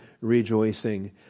rejoicing